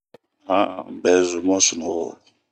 Han'an un bɛ zun bun sunuwo.